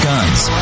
Guns